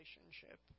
relationship